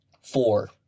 Four